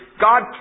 God